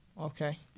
Okay